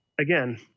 again